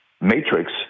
matrix